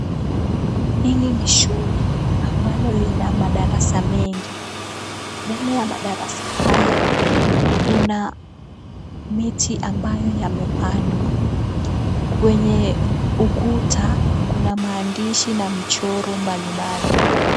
Hili ni shule ambalo lina madarasa mengi. Mbele ya madarasa haya, kuna miti ambayo yamepandwa. Kwenye ukuta kuna maandishi na michoro mbalimbali.